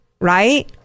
right